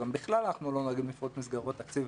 אבל גם בכלל אנחנו לא נוהגים לפרוץ מסגרות תקציב,